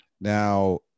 Now